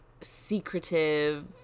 secretive